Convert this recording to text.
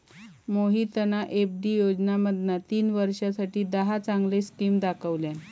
मोहितना एफ.डी योजनांमधना तीन वर्षांसाठी दहा चांगले स्किम दाखवल्यान